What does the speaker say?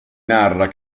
narra